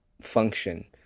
function